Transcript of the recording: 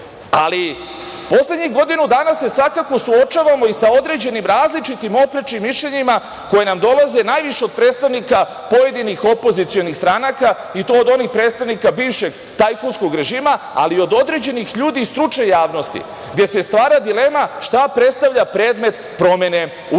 ozbiljnim. Poslednjih godinu dana se, svakako suočavamo sa određenim različitim oprečnim mišljenjima koje nam dolaze najviše od predstavnika pojedinih opozicionih stanaka i to od onih predstavnika bivšeg tajkunskog režima, ali i od određenih ljudi i stručne javnosti gde se stvara dilema šta predstavlja predmet promene Ustava. Kada